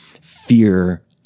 fear